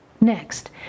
Next